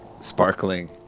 sparkling